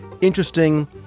interesting